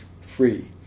free